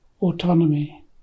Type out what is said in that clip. autonomy